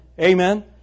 Amen